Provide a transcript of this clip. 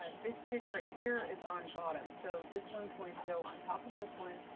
ah this stitch right here is on bottom. so this one's going to go on top of this one.